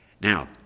now